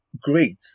great